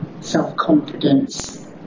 Self-confidence